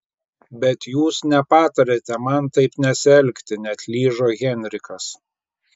bet jūs nepatariate man taip nesielgti neatlyžo henrikas